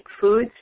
foods